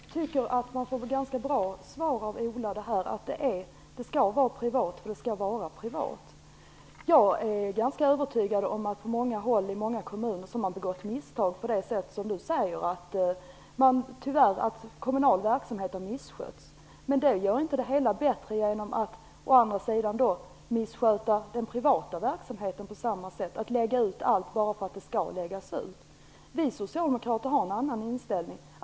Fru talman! Jag tycker att det var ett ganska bra svar av Ola Karlsson. Det skall vara privat för att det skall vara privat. Jag är ganska övertygad om att det finns många kommuner på många olika håll som har begått misstag på det sätt som du säger. Kommunal verksamhet missköts tyvärr ibland. Men det blir inte bättre av att man missköter den privata verksamheten på samma sätt och av att man lägger ut allt bara för att det skall läggas ut. Vi socialdemokrater har en annan inställning.